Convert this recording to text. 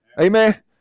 Amen